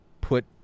put